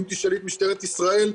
אם תשאלי את משטרת ישראל,